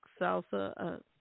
salsa